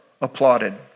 applauded